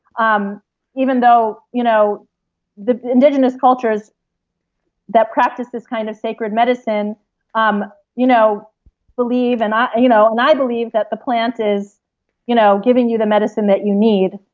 um even though you know the indigenous cultures that practice this kind of sacred medicine um you know believe, and i you know and i believe, that the plant is you know giving you the medicine that you need,